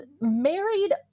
married